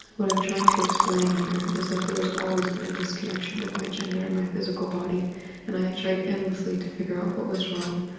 what i'm trying to explain here is that there has always been a disconnection with my gender and my physical body and i've tried endlessly to figure out what was wrong,